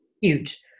huge